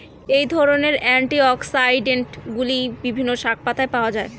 এই ধরনের অ্যান্টিঅক্সিড্যান্টগুলি বিভিন্ন শাকপাতায় পাওয়া য়ায়